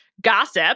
gossip